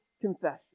confession